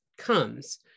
comes